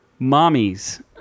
Mommies